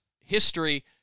history